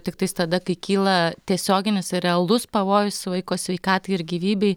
tiktais tada kai kyla tiesioginis realus pavojus vaiko sveikatai ir gyvybei